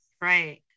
right